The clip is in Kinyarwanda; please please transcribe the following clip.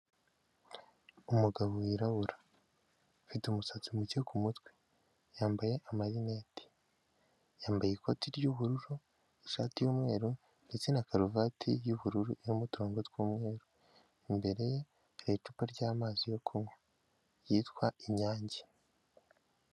Umugabo wirabura ufite umusatsi muke ku mutwe yambaye amarineti yambaye ikoti ry'ubururu ishati y'umweru ndetse na karuvati y'ubururu irimo utuntu tw'umweru imbere ye hari icupa ryamazi yo kunywa yitwa inyange.